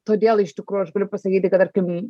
todėl iš tikrųjų aš galiu pasakyti kad tarkim